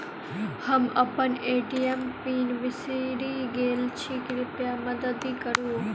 हम अप्पन ATM pin बिसरि गेल छी कृपया मददि करू